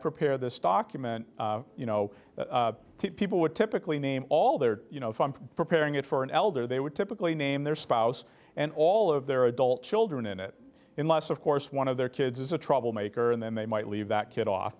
prepare this document you know people would typically name all their you know if i'm preparing it for an elder they would typically name their spouse and all of their adult children in it unless of course one of their kids is a troublemaker and then they might leave that kid off